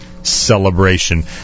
Celebration